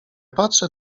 patrzę